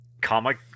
comic